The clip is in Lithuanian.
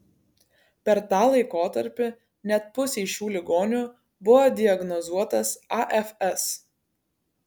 per tą laikotarpį net pusei šių ligonių buvo diagnozuotas afs